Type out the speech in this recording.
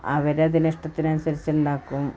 അവർ അതിന് ഇഷ്ടത്തിന് അനുസരിച്ചുണ്ടാക്കും